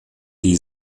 die